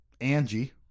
Angie